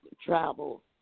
travel